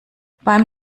beim